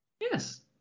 Yes